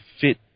fit